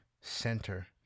center